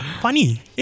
Funny